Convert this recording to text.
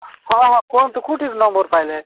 ହଁ ହଁ କୁହନ୍ତୁ କେଉଁଠୁ ନମ୍ବର ପାଇଲେ